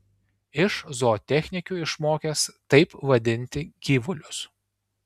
iš zootechnikių išmokęs taip vadinti gyvulius